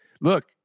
look